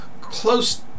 close